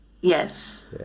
Yes